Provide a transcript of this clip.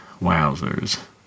Wowzers